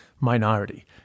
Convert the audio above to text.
minority